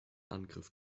angriff